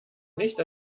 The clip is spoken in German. nicht